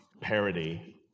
parody